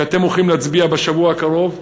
שאתם הולכים להצביע בשבוע הקרוב,